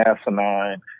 asinine